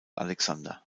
alexander